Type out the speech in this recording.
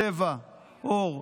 צבע עור,